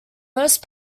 most